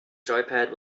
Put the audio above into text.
joypad